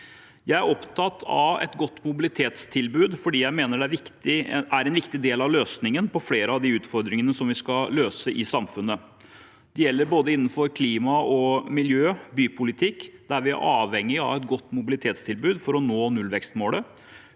Jeg er opptatt av et godt mobilitetstilbud fordi jeg mener det er en viktig del av løsningen på flere av de utfordringene vi skal løse i samfunnet. Det gjelder innenfor både klima, miljø og bypolitikk, der vi er avhengig av et godt mobilitetstilbud for å nå nullvekstmålet,